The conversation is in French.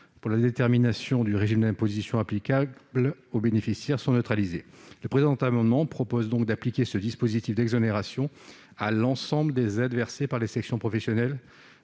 pour la détermination du régime d'imposition applicable au bénéficiaire sont neutralisés. Le présent amendement vise donc à appliquer ce dispositif d'exonération à l'ensemble des aides versées par les sections professionnelles